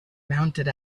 mounted